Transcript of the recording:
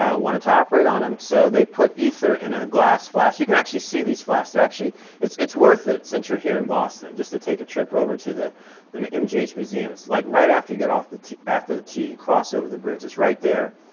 ah wanted to operate on him. so they put ether in a glass flask. you can actually see these flasks. it's it's worth it since you're here in boston just to take a trip over to the the mgh museum. it's like right after you get off the after the t you cross over the bridge. it's right there.